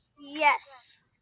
Yes